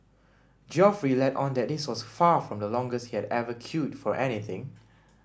Geoffrey let on that this was far from the longest he had ever queued for anything